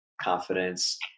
confidence